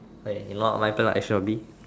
k right action will be